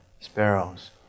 sparrows